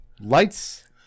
lights